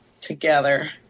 together